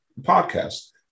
podcast